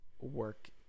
work